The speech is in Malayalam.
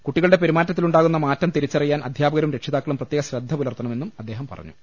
കുട്ടികളുടെ പെരുമാറ്റത്തിലുണ്ടാകുന്ന മാറ്റം തിരിച്ചറി യാൻ അധ്യാപകരും രക്ഷിതാക്കളും പ്രത്യേകശ്രദ്ധ പുലർത്തണമെന്നും അദ്ദേഹം പറഞ്ഞു